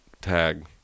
tag